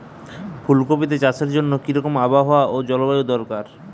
ফুল কপিতে চাষের জন্য কি রকম আবহাওয়া ও জলবায়ু দরকার?